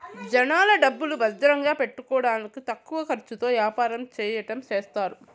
జనాల డబ్బులు భద్రంగా పెట్టుకోడానికి తక్కువ ఖర్చుతో యాపారం చెయ్యడం చేస్తారు